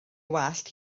wallt